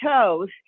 toes